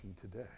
today